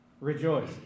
Rejoice